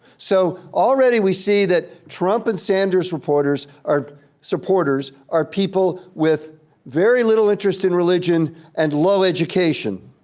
so already we see that trump and sanders supporters are supporters are people with very little interest in religion and low education.